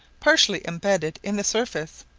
partially embedded in the surface,